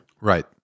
Right